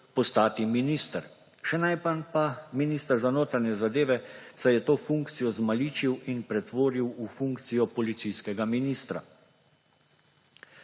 postati minister. Še najmanj pa minister za notranje zadeve, saj je to funkcijo izmaličil in pretvoril v funkcijo policijskega ministra.